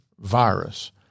virus